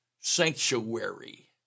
sanctuary